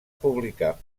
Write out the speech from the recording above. publicar